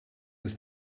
ist